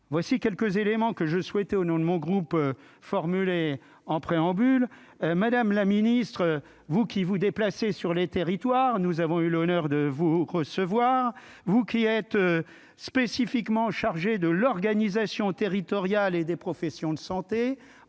voici quelques éléments que je souhaitais, au nom de mon groupe, formulées en préambule, madame la ministre, vous qui vous déplacer sur les territoires, nous avons eu l'honneur de vous recevoir, vous qui êtes spécifiquement chargé de l'organisation territoriale et des professions de santé,